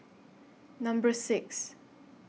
Number six